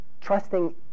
trusting